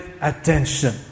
attention